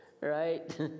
right